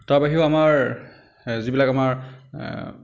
তাৰ বাহিৰেও আমাৰ এ যিবিলাক আমাৰ